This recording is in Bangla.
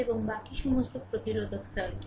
এবং বাকি সমস্ত প্রতিরোধক সার্কিট